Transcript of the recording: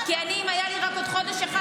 אם היה לי רק עוד חודש אחד,